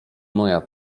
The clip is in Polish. moja